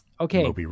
Okay